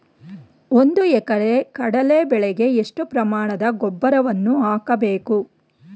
ಒಂದು ಎಕರೆ ಕಡಲೆ ಬೆಳೆಗೆ ಎಷ್ಟು ಪ್ರಮಾಣದ ಗೊಬ್ಬರವನ್ನು ಹಾಕಬೇಕು?